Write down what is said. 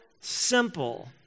simple